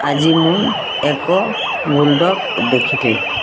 ଆଜି ମୁଁ ଏକ ବୁଲଡ଼ଗ୍ ଦେଖିଲି